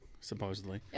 supposedly